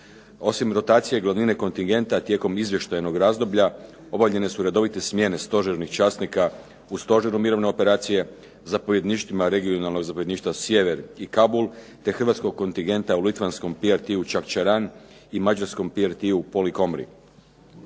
ne razumije./… kontingenta tijekom izvještajnog razdoblja obavljene su redovite smjene stožernih časnika u stožeru mirovne operacije, zapovjedništvima, Regionalnog zapovjedništva Sjever i Kabul te hrvatskog kontingenta u litvanskom …/Govornik se ne